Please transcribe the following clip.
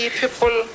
people